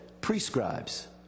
prescribes